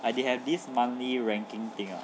like they have this monthly ranking thing ah